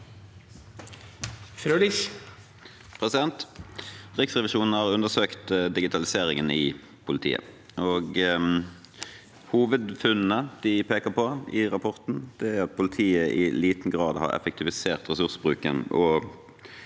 Riksrevisjonen har undersøkt digitaliseringen i politiet. Hovedfunnene de peker på i rapporten, er at politiet i liten grad har effektivisert ressursbruken